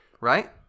right